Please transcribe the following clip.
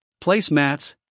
placemats